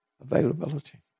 availability